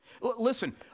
Listen